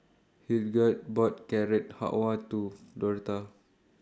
Hildegarde bought Carrot Halwa to Dorotha